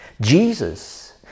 Jesus